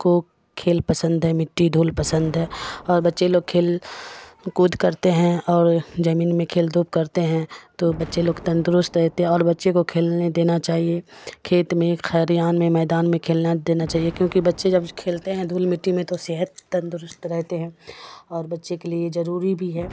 کو کھیل پسند ہے مٹی دھول پسند ہے اور بچے لوگ کھیل کود کرتے ہیں اور زمین میں کھیل کود کرتے ہیں تو بچے لوگ تندرست رہتے ہیں اور بچے کو کھیلنے دینا چاہیے کھیت میں خیریان میں میدان میں کھیلنا دینا چاہیے کیونکہ بچے جب کھیلتے ہیں دھول مٹی میں تو صحت تندرست رہتے ہیں اور بچے کے لیے ضروری بھی ہے